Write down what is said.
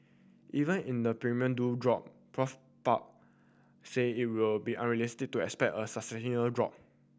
even in the premium do drop Prof Park say it will be unrealistic to expect a drop